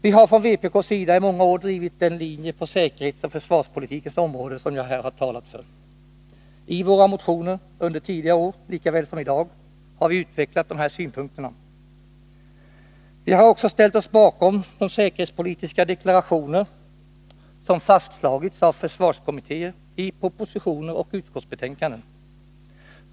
Vi har från vpk:s sida i många år drivit den linje på säkerhetsoch försvarspolitikens område som jag här har talat för. I våra motioner, under tidigare år lika väl som i dag, har vi utvecklat de här synpunkterna. Vi har också ställt oss bakom de säkerhetspolitiska deklarationer som fastslagits av försvarskommittéer, i propositioner och utskottsbetänkanden.